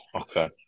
okay